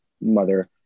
mother